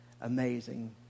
Amazing